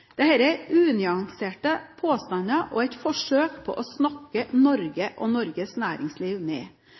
dag. Dette er unyanserte påstander og et forsøk på å snakke Norge og Norges næringsliv